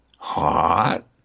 Hot